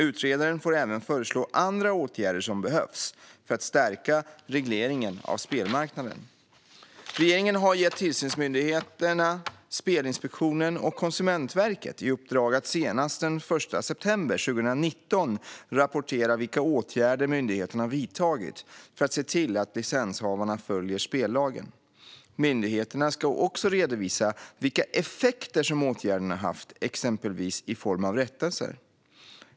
Utredaren får även föreslå andra åtgärder som behövs för att stärka regleringen av spelmarknaden. Regeringen har gett tillsynsmyndigheterna Spelinspektionen och Konsumentverket i uppdrag att senast den 1 september 2019 rapportera vilka åtgärder myndigheterna vidtagit för att se till att licenshavarna följer spellagen. Myndigheterna ska också redovisa vilka effekter som åtgärderna haft, exempelvis i form av rättelser.